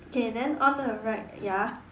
okay then on the right ya